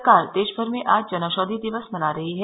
सरकार देशभर में आज जनऔषधि दिवस मना रही है